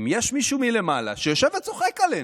אם יש מישהו מלמעלה שיושב וצוחק עלינו,